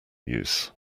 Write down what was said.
use